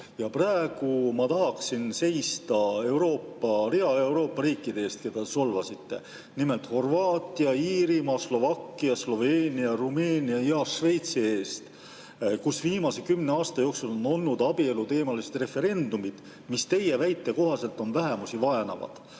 Praegu ma tahaksin seista rea Euroopa riikide eest, keda te solvasite, nimelt Horvaatia, Iirimaa, Slovakkia, Sloveenia, Rumeenia ja Šveitsi eest, kus viimase kümne aasta jooksul on olnud abieluteemalised referendumid, mis teie väite kohaselt on vähemusi vaenavad.